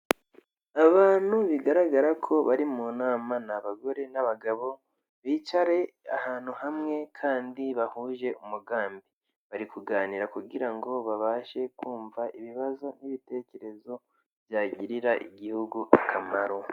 Abantu bigaragara ko bari mu nama, ni abagore n'abagabo bicaye ahantu hamwe kandi bahuje umugambi, bari kuganira kugira ngo babashe kumva ibibazo n'ibitekerezo byagirira igihugu akamaro.